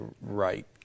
right